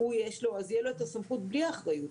תהיה לו הסמכות בלי האחריות.